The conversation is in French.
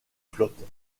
flottes